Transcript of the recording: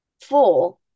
four